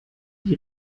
die